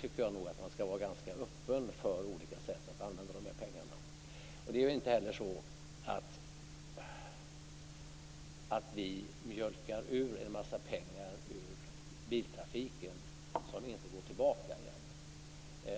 tycker jag nog att man ska vara ganska öppen för olika sätt att använda pengarna. Det är inte heller så att vi mjölkar ur en massa pengar ur biltrafiken som inte går tillbaka igen.